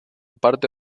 parte